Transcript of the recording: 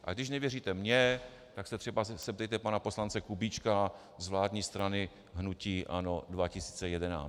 A když nevěříte mně, tak se třeba zeptejte pana poslance Kubíčka z vládní strany hnutí ANO 2011.